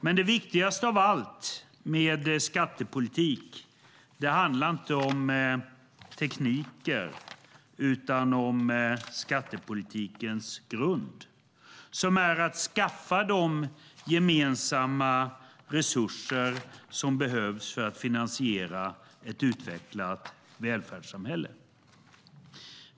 Men det viktigaste av allt med skattepolitik handlar inte om tekniker utan om skattepolitikens grund som är att skaffa de gemensamma resurser som behövs för att finansiera ett utvecklat välfärdssamhälle.